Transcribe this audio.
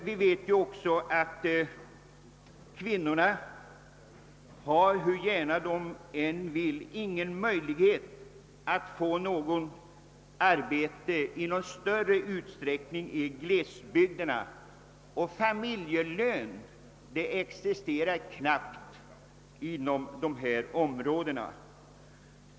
Vi vet att kvinnorna i glesbygderna, hur gärna de än vill, inte har någon större möjlighet att få arbete. Familjelön existerar knappast inom dessa områden.